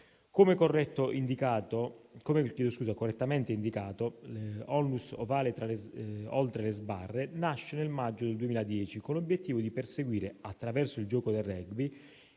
Come correttamente indicato, l'ONLUS «Oltre le sbarre» nasce nel maggio del 2010 con l'obiettivo di perseguire, attraverso il gioco del rugby,